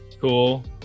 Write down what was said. Cool